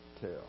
tell